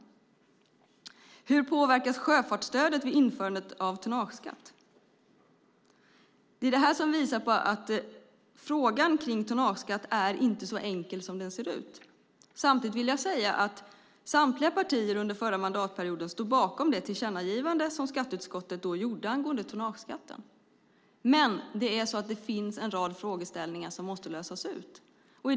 Och hur påverkas sjöfartsstödet vid ett införande av tonnageskatt? Detta visar att frågan om tonnageskatt inte är så enkel som den ser ut. Samtidigt vill jag säga att samtliga partier under förra mandatperioden stod bakom det tillkännagivande som skatteutskottet gjorde angående tonnageskatten. Men det finns en rad frågeställningar som måste lösas.